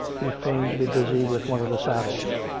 he feigned to be busy with one of the saddles.